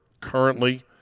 currently